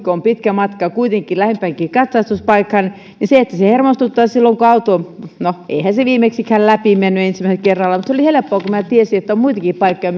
kun minulla on kuitenkin pitkä matka lähimpään katsastuspaikkaan se hermostuttaa no eihän se auto viimeksikään läpi mennyt ensimmäisellä kerralla mutta se oli helppoa kun minä tiesin että on muitakin paikkoja